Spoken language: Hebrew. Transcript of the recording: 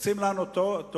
עושים לנו טובה,